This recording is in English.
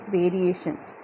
variations